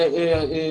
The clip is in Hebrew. העבריינות.